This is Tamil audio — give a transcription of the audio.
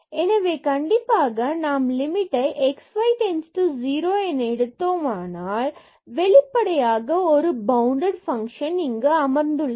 எனவே கண்டிப்பாக நாம் லிமிட்டை x y 0 என எடுத்தோமானால் வெளிப்படையாக ஒரு பவுண்டட் ஃபங்ஷன் இங்கு அமர்ந்துள்ளது